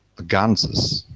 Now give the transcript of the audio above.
the ganses.